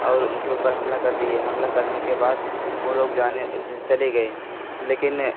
और उनके ऊपर हमला कर दिए हमला करने के बाद वे लोग जाने चले गए लेकिन